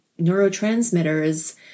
neurotransmitters